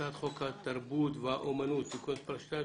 הצעת חוק התרבות והאמנות (תיקון מס' 2),